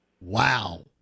Wow